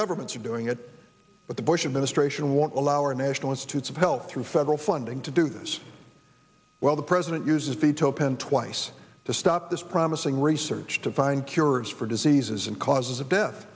governments are doing it but the bush administration won't allow our national institutes of health through federal funding to do this while the president uses veto pen twice to stop this promising research to find cures for diseases and causes of death